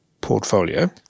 portfolio-